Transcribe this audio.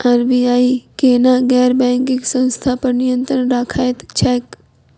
RBI केना गैर banking संस्था पर नियत्रंण राखैत छैक?